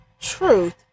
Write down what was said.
truth